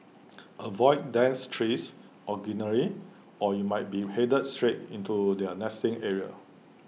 avoid dense trees or greenery or you might be headed straight into their nesting areas